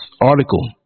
article